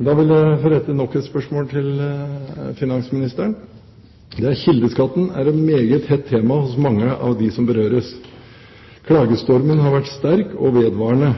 Da vil jeg få rette nok et spørsmål til finansministeren: «Kildeskatten er et meget hett tema hos mange av dem som berøres. Klagestormen har vært sterk og vedvarende.